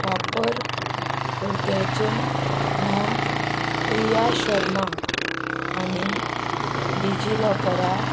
वापरकर्त्याचे नांव प्रिया शर्मा आनी डिजिलॉकराक